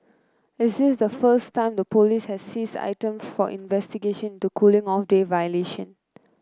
is this the first time the police has seized items for investigation into cooling off day violation